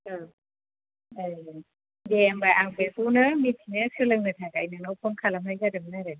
औ अ दे होनबा आं बेखौनो मिथिनो सोलोंनो थाखाय नोंनाव फन खालामनाय जादोंमोन आरो